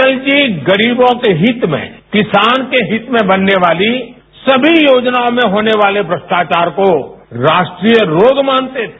अटल जी गरीबों के हित में किसान के हित में बनने वाली सभी योजनाओं में होने वाले भ्रष्टाचार को राष्ट्रीय रोज मांगते थे